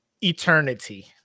eternity